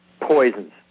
poisons